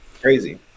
crazy